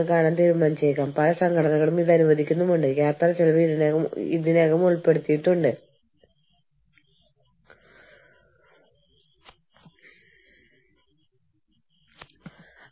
മനുഷ്യവിഭവശേഷി മാനേജർമാർ അവരുടെ ഓർഗനൈസേഷന്റെ ബാക്കിയുള്ളവരുമായി കണ്ടെത്തുകയും കൈകാര്യം ചെയ്യുകയും ആശയവിനിമയം നടത്തുകയും ചെയ്യേണ്ട ഒരു കാര്യമാണിത്